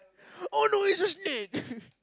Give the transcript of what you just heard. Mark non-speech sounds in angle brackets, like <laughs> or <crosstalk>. oh no it's a snake <laughs>